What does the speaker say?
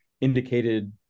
indicated